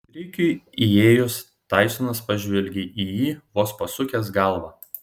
rikiui įėjus taisonas pažvelgė į jį vos pasukęs galvą